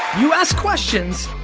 you ask questions,